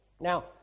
Now